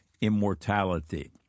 Immortality